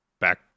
back